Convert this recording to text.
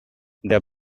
their